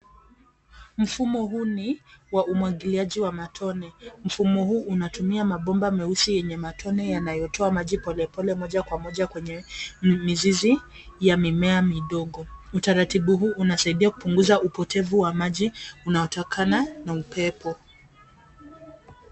Mfumo huu ni wa umwagiliaji wa matone. Mfumo huu unatumia mabomba meusi yenye matone yanayotoa maji polepole moja kwa moja kwenye mizizi ya mimea midogo. Utaratibu huu unasaidia kupunguza upotevu wa maji unaotokana na upepo.